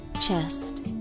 chest